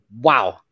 Wow